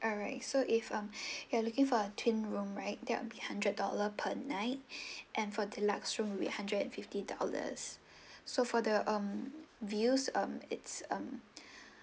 alright so if um you are looking for a twin room right there be hundred dollar per night and for deluxe room one hundred and fifty dollars so for the um views um it's um